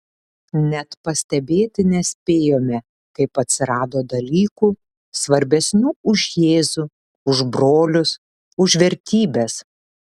net pastebėti nespėjome kaip atsirado dalykų svarbesnių už jėzų už brolius už vertybes